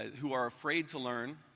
who are afraid to learn.